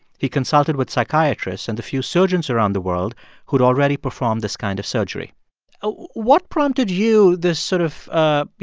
he consulted with psychiatrists and the few surgeons around the world who'd already performed this kind of surgery what prompted you, this sort of, ah you